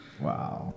Wow